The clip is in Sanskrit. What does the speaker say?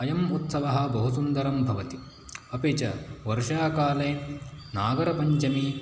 अयम् उत्सवः बहु सुन्दरं भवति अपि च वर्षाकाले नागपञ्चमी